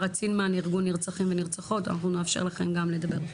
צינמן ארגון נרצחים ונרצחות אחר כך ונאפשר לכם לדבר.